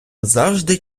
завжди